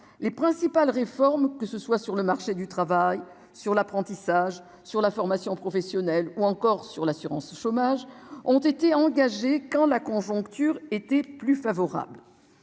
les principales réformes, que ce soit sur le marché du travail sur l'apprentissage sur la formation professionnelle, ou encore sur l'assurance chômage ont été engagées quand la conjoncture était plus favorable,